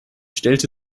stellte